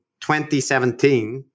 2017